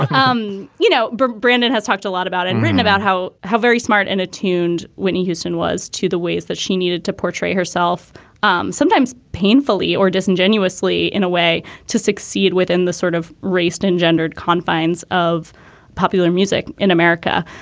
um you know brooke brandon has talked a lot about and written about how how very smart and attuned whitney houston was to the ways that she needed to portray herself um sometimes painfully or disingenuously in a way to succeed within the sort of raced and gendered confines of popular music in america.